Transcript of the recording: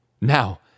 Now